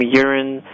urine